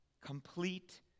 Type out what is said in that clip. complete